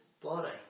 body